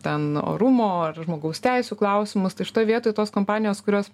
ten orumo ar žmogaus teisių klausimus tai šitoj vietoj tos kompanijos kurios